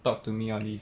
talk to me all these